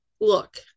Look